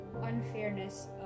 unfairness